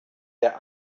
der